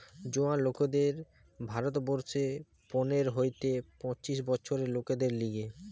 জোয়ান লোকদের ভারত বর্ষে পনের হইতে পঁচিশ বছরের লোকদের লিগে